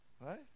Right